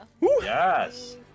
Yes